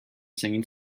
singing